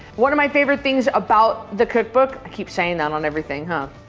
one of my favorite things about the cookbook, i keep saying that on everything, huh?